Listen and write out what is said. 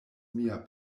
mia